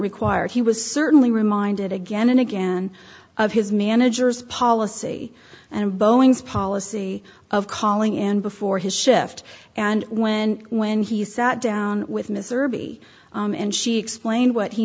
required he was certain he reminded again and again of his managers policy and boeing's policy of calling and before his shift and when when he sat down with ms serby and she explained what he